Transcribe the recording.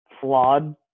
flawed